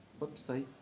websites